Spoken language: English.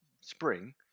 spring